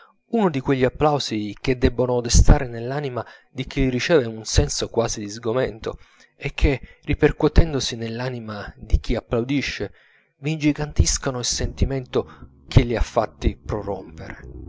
dapplausi uno di quegli applausi che debbono destare nell'anima di chi li riceve un senso quasi di sgomento e che ripercuotendosi nell'anima di chi applaudisce v'ingigantiscono il sentimento che li ha fatti prorompere